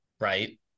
right